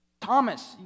Thomas